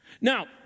Now